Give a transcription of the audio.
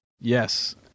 Yes